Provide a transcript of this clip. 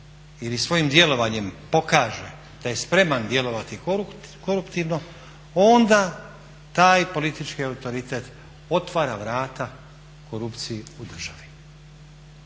ili svojim djelovanjem pokaže da je spreman djelovati koruptivno onda taj politički autoritet otvara vrata korupciji u državi.